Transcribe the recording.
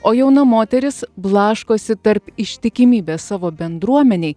o jauna moteris blaškosi tarp ištikimybės savo bendruomenei